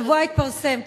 השבוע התפרסמו,